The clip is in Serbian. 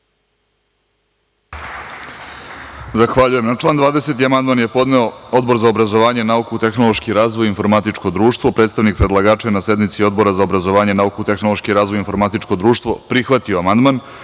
Zahvaljujem. Na član 20. amandman je podneo Odbor za obrazovanje, nauku, tehnološki razvoj i informatičko društvo. Predstavnik predlagača je na sednici Odbora za obrazovanje, nauku, tehnološki razvoj i informatičko društvo prihvatio amandman. Odbor